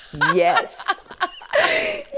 Yes